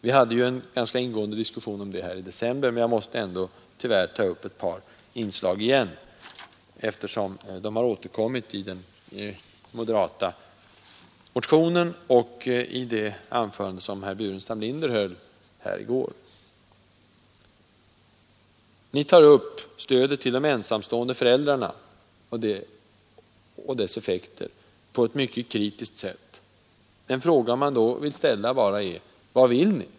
Vi hade en ganska ingående diskussion om detta i december, men jag måste tyvärr återigen ta upp ett par inslag i den, eftersom de har återkommit i moderaternas motion och i herr Burenstam Linders anförande i går. Ni tar upp effekterna av stödet till de ensamstående föräldrarna på ett mycket kritiskt sätt. Den fråga man då vill ställa är: Vad vill ni?